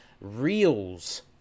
reels